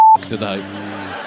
today